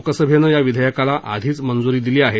लोकसभेनं या विधेयकाला आधीच मंज्री दिली आहे